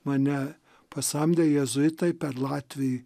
mane pasamdė jėzuitai per latvį